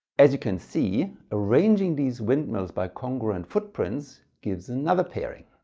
as you can see, arranging these windmills by congruent footprints gives another pairing.